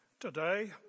Today